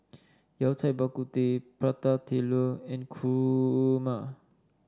Yao Cai Bak Kut Teh Prata Telur and Kurma